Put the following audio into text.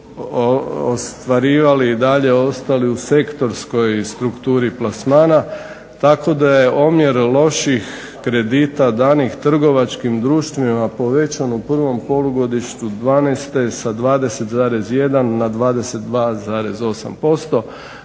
ostvarivali i dalje ostali u sektorskoj strukturi plasmana tako da je omjer loših kredita danih trgovačkim društvima povećan u prvom polugodištu 2012. sa 20,1 na 22,8%